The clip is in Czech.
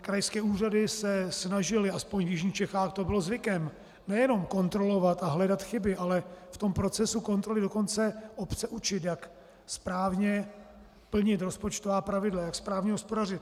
Krajské úřady se snažily, aspoň v jižních Čechách to bylo zvykem, nejenom kontrolovat a hledat chyby, ale v procesu kontroly dokonce obce učit, jak správně plnit rozpočtová pravidla, jak správně hospodařit.